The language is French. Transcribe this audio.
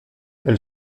elle